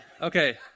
Okay